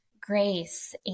grace